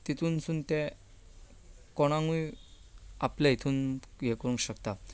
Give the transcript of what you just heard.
तितूंतल्यान ते कोणाकूय आपले हातूंत हें करपाक शकता